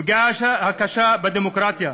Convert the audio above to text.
הפגיעה הקשה בדמוקרטיה.